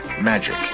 magic